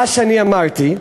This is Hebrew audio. מה שאני אמרתי: